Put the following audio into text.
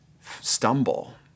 stumble